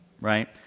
right